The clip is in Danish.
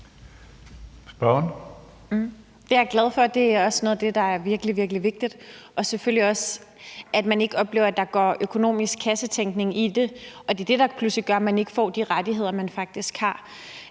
Det er jeg glad for. Det er også noget af det, der er virkelig, virkelig vigtigt, og selvfølgelig også, at man ikke oplever, at der går økonomisk kassetænkning i det, og at det er det, der pludselig gør, at man ikke får det, man faktisk har